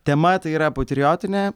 tema tai yra patriotinė